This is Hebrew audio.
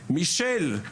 מישל,